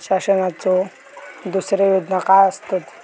शासनाचो दुसरे योजना काय आसतत?